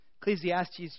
Ecclesiastes